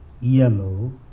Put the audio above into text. yellow